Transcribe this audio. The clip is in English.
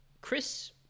chris